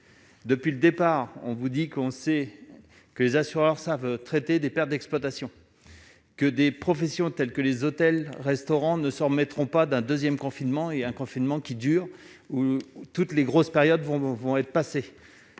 depuis le départ, on vous dit qu'on sait que les assureurs savent traiter des pertes d'exploitation que des professions telles que les hôtels restaurants ne s'en remettront pas d'un deuxième confinement et un confinement qui dure, où toutes les grosses périodes vont vont être passés